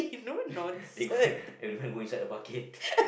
they could everyone go inside the bucket